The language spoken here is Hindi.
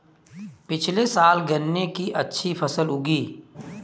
पिछले साल गन्ने की अच्छी फसल उगी